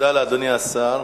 תודה לאדוני השר.